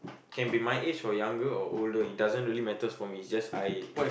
can be my age or younger or older it doesn't really matters for me it's just I